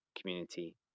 community